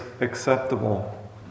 acceptable